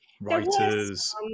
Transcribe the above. writers